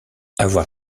avoir